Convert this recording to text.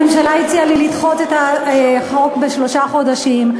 הממשלה הציעה לי לדחות את העלאת החוק בשלושה חודשים.